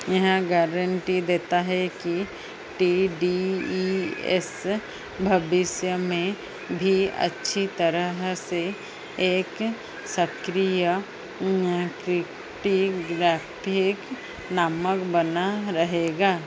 यह गारंटी देता है कि टी डी ई एस भविष्य में भी अच्छी तरह से एक सक्रिय क्रिटीग्राफिक मानक बना रहेगा